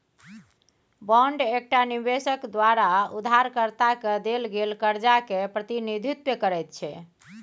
bond एकटा निबेशक द्वारा उधारकर्ता केँ देल गेल करजा केँ प्रतिनिधित्व करैत छै